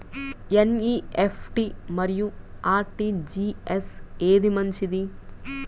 NEFT మరియు RTGS ఏది మంచిది?